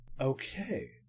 Okay